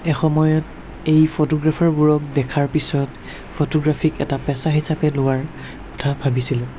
এসময়ত এই ফটোগ্ৰাফাৰবোৰক দেখাৰ পিছত ফটোগ্ৰাফিক এটা পেচা হিচাপে লোৱাৰ কথা ভাবিছিলোঁ